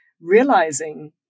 realizing